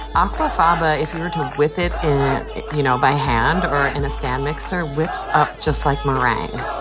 aquafaba if you were to whip it and it you know, by hand or in a stand mixer whips up just like meringue.